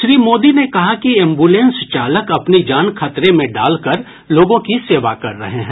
श्री मोदी ने कहा कि एम्बुलेंस चालक अपनी जान खतरे में डालकर लोगों की सेवा कर रहे हैं